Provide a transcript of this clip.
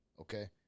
okay